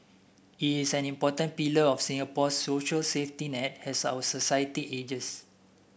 it is an important pillar of Singapore's social safety net as our society ages